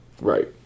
Right